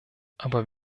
aber